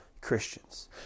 Christians